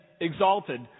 exalted